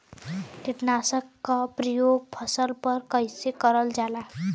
कीटनाशक क प्रयोग फसल पर कइसे करल जाला?